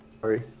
sorry